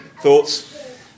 thoughts